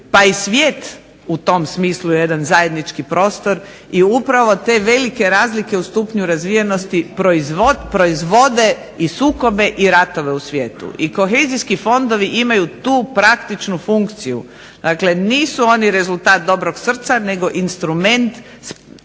pa i svijet u tom smislu jedan zajednički prostor. I upravo te velike razlike u stupnju razvijenosti proizvode i sukobe i ratove u svijetu. I kohezijski fondovi imaju tu praktičnu funkciju. Dakle, nisu oni rezultat dobrog srca, nego instrument trajnog